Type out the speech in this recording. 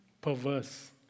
perverse